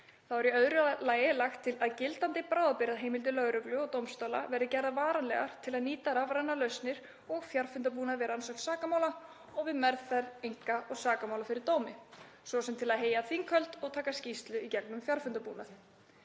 Í öðru lagi er lagt til að gildandi bráðabirgðaheimildir lögreglu og dómstóla verði gerðar varanlegar til að nýta rafrænar lausnir og fjarfundarbúnað við rannsókn sakamála og við meðferð einka- og sakamála fyrir dómi, svo sem til að heyja þinghöld og taka skýrslu í gegnum fjarfundarbúnað.